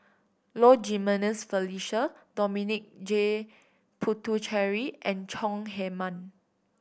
Low Jimenez Felicia Dominic J Puthucheary and Chong Heman